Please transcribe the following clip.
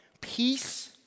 peace